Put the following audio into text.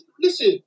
Listen